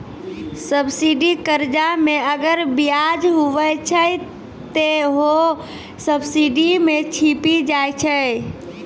subsidy कर्जा मे अगर बियाज हुवै छै ते हौ सब्सिडी मे छिपी जाय छै